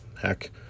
heck